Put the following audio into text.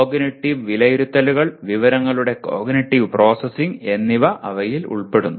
cognitive വിലയിരുത്തലുകൾ വിവരങ്ങളുടെ cognitive processing എന്നിവ അവയിൽ ഉൾപ്പെടുന്നു